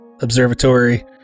observatory